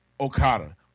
Okada